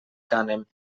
cànem